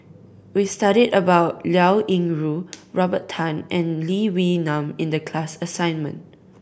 we studied about Liao Yingru Robert Tan and Lee Wee Nam in the class assignment